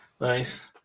Nice